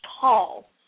tall